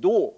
Då